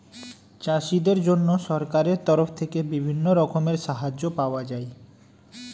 চাষীদের জন্য সরকারের তরফ থেকে বিভিন্ন রকমের সাহায্য পাওয়া যায়